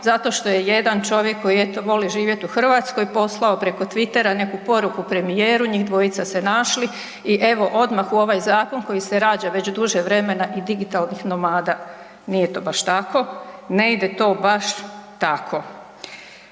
zato što je jedan čovjek koji eto voli živjeti u Hrvatskoj poslao preko Twittera neku poruku premijeru, njih dvojica se našli i evo odmah u ovaj zakon koji se rađa već duže vremena i digitalnih nomada. Nije to baš tako. Ne ide to baš tako.